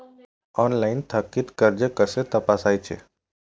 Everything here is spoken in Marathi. ऑनलाइन थकीत कर्ज कसे तपासायचे?